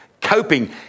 coping